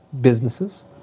Businesses